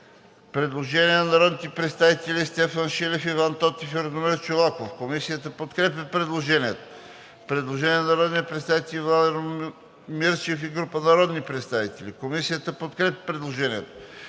предложение на народните представители Стефан Шилев, Иван Тотев и Радомир Чолаков. Комисията подкрепя предложението. Предложение на народния представител Ивайло Мирчев и група народни представители: Комисията подкрепя предложението.